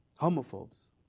Homophobes